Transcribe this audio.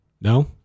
no